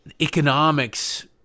economics